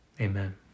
Amen